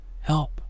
Help